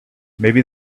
maybe